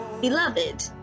Beloved